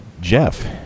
Jeff